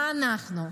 מה אנחנו?